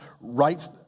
right